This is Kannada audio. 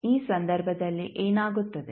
ಆದ್ದರಿಂದ ಈ ಸಂದರ್ಭದಲ್ಲಿ ಏನಾಗುತ್ತದೆ